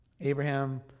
Abraham